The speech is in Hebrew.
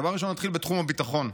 דבר ראשון, נתחיל בתחום הביטחון.